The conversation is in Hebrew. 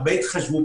הרבה התחשבו,